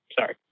sorry